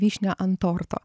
vyšnia ant torto